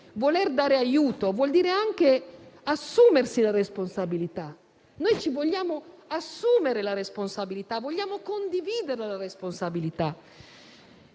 voler dare aiuto vuol dire anche assumersi la responsabilità. Noi ci vogliamo assumere la responsabilità e vogliamo condividere questa responsabilità.